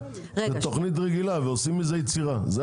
זאת תכנית רגילה ועושים מזה יצירה.